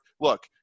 look